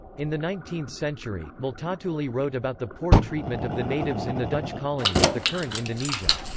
in the nineteenth century, multatuli wrote about the poor treatment of the natives in the dutch colony, the current indonesia.